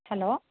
hello